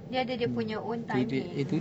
dia ada dia punya own timing